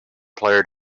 player